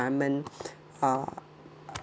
uh